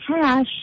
cash